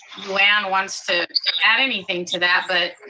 lou anne wants to add anything to that, but.